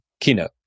keynote